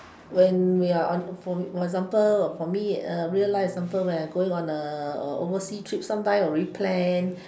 when we are on for example for me err real life example when I going on a overseas trip sometimes already planned